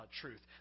truth